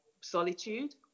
solitude